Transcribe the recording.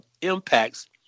impacts